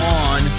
on